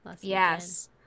Yes